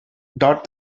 dot